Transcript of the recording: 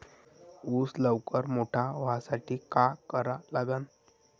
ऊस लवकर मोठा व्हासाठी का करा लागन?